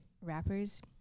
rappers